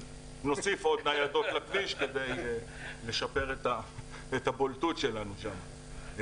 נוסיף עוד ניידות לכביש כדי לשפר את הבולטות שלנו שם.